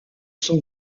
son